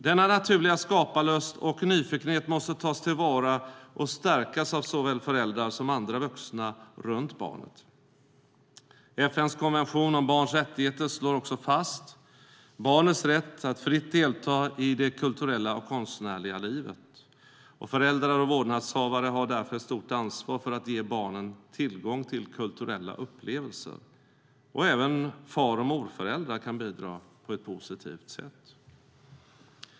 Denna naturliga skaparlust och nyfikenhet måste tas till vara och stärkas av såväl föräldrar som andra vuxna runt barnet. FN:s konvention om barns rättigheter slår också fast barnets rätt att fritt delta i det kulturella och konstnärliga livet. Föräldrar och vårdnadshavare har därför ett stort ansvar för att ge barnen tillgång till kulturella upplevelser. Även far och morföräldrar kan bidra på ett positivt sätt.